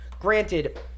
Granted